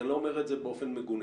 אני לא אומר את זה באופן מגונה.